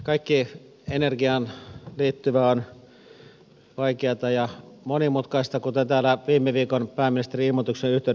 kaikki energiaan liittyvä on vaikeata ja monimutkaista kuten täällä viime viikon pääministerin ilmoituksen yhteydessä totesin